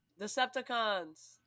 decepticons